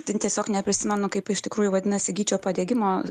tiesiog neprisimenu kaip iš tikrųjų vadinasi gyčio padegimo